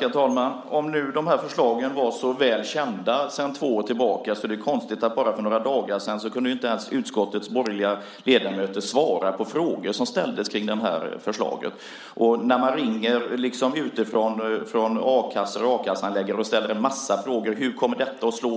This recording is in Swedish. Herr talman! Om förslagen nu var så väl kända sedan två år tillbaka är det konstigt att för bara några dagar sedan kunde inte ens utskottets borgerliga ledamöter svara på frågor som ställdes om förslagen. När man ringer utifrån, från a-kassor och a-kassehandläggare, och ställer en massa frågor om hur detta kommer att slå